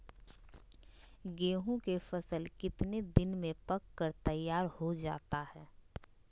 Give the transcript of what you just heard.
गेंहू के फसल कितने दिन में पक कर तैयार हो जाता है